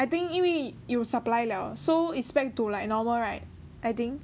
I think 因为有 supply liao so it's back to like normal right I think